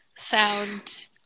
Sound